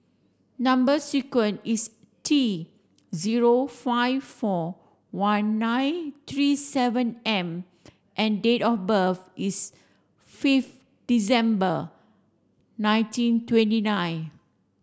number sequence is T zero five four one nine three seven M and date of birth is fifth December nineteen twenty nine